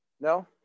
no